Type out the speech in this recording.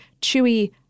chewy